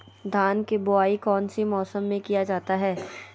धान के बोआई कौन सी मौसम में किया जाता है?